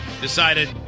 decided